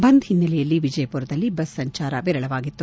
ಬಂದ್ ಹಿನ್ನೆಲೆಯಲ್ಲಿ ವಿಜಯಪುರದಲ್ಲಿ ಬಸ್ ಸಂಚಾರ ವಿರಳವಾಗಿತ್ತು